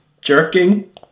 jerking